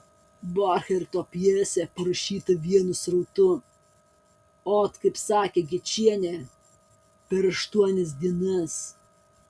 borcherto pjesė parašyta vienu srautu ot kaip sakė gečienė per aštuonias dienas